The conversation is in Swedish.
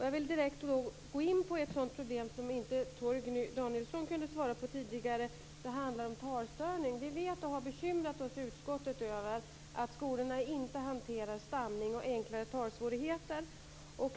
Jag vill direkt gå in på ett sådant problem, som inte Torgny Danielsson kunde svara på tidigare, och det handlar om talstörning. Vi vet och har bekymrat oss i utskottet över att skolorna inte hanterar stamning och enklare talsvårigheter.